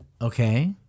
Okay